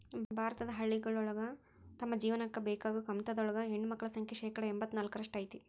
ಭಾರತದ ಹಳ್ಳಿಗಳೊಳಗ ತಮ್ಮ ಉಪಜೇವನಕ್ಕ ಬೇಕಾಗೋ ಕಮತದೊಳಗ ಹೆಣ್ಣಮಕ್ಕಳ ಸಂಖ್ಯೆ ಶೇಕಡಾ ಎಂಬತ್ ನಾಲ್ಕರಷ್ಟ್ ಐತಿ